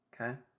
Okay